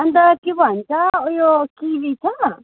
अन्त के भन्छ उयो किवी छ